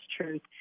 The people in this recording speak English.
truth